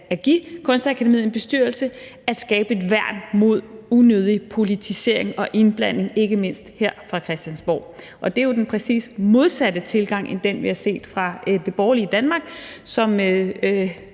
at give Kunstakademiet en bestyrelse at skabe et værn mod unødig politisering og indblanding, ikke mindst her fra Christiansborgs side. Og det er jo den præcis modsatte tilgang end den, vi har set fra det borgerlige Danmark, som